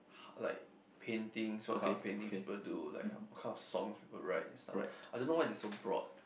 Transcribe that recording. like painting so what kind of painting people do like what kind of song people write and stuff I don't know why he is so broad